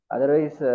Otherwise